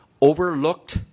overlooked